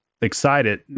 excited